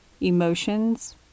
emotions